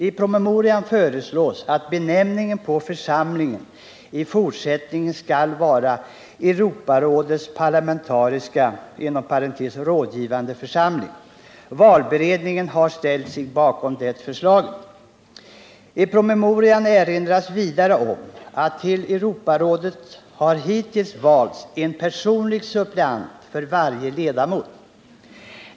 I promemorian föreslås att benämningen på församlingen i fortsättningen skall vara Europarådets parlamentariska församling. Valberedningen har ställt sig bakom det förslaget. I promemorian erinras vidare om att till Europarådet har hittills valts en personlig suppleant för varje ledamot.